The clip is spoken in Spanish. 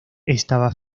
estaba